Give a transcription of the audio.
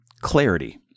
clarity